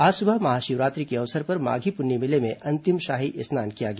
आज सुबह महाशिवरात्रि के अवसर पर माधी पुन्नी मेले में अंतिम शाही स्नान किया गया